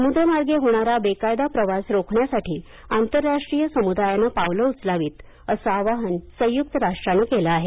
समुद्रमार्गे होणारा बेकायदा प्रवास रोखण्यासाठी आंतरराष्ट्रीय समुदायानं पावलं उचलावीत असे आवाहन संयुक्त राष्ट्रांनं केलं आहे